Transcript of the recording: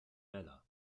bella